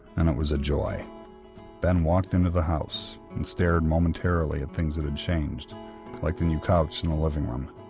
and it was a joy ben walked in to the house and stared momentarily at things that had changed like the new couch in and the living room.